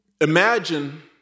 Imagine